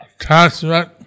attachment